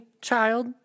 child